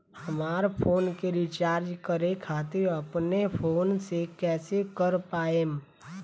हमार फोन के रीचार्ज करे खातिर अपने फोन से कैसे कर पाएम?